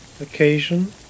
occasion